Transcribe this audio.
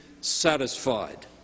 satisfied